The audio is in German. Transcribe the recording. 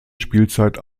spielzeit